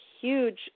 huge